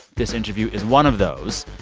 this interview is one of those.